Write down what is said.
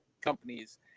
companies